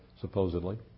supposedly